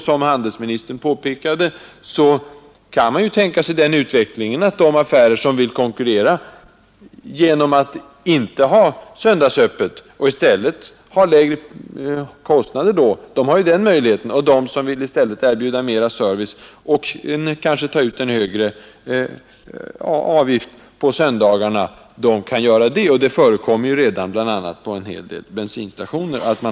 Som handelsministern påpekade kan man tänka sig den utvecklingen att de affärer som inte vill ha söndagsöppet kan konkurrera genom lägre priser, medan de som i stället vill erbjuda mera service tar ut högre priser på söndagarna. Det förekommer redan, bl.a. på en del bensinstationer.